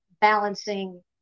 balancing